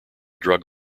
drug